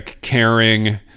caring